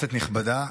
כנסת נכבדה,